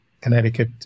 Connecticut